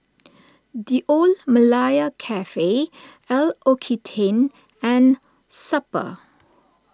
the Old Malaya Cafe L'Occitane and Super